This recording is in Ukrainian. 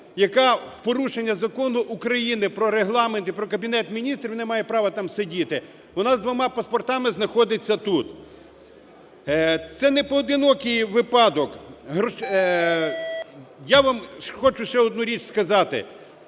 яка в порушення законів України про Регламент і про Кабінет Міністрів не має права там сидіти? Вона з двома паспортами знаходиться тут. Це непоодинокий випадок. Я вам хочу ще одну річ сказати.